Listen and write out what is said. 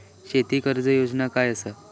शेती कर्ज योजना काय असा?